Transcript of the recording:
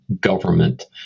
government